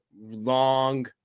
long